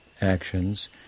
actions